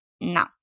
no